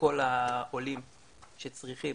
לכל העולים שצריכים